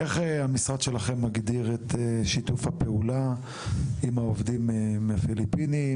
איך המשרד שלכם מגדיר את שיתוף הפעולה עם העובדים מהפיליפינים?